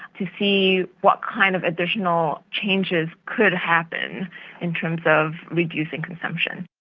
to see what kind of additional changes could happen in terms of reducing consumption.